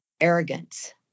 Arrogance